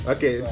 Okay